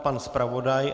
Pan zpravodaj?